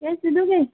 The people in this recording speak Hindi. कैश दे दोगे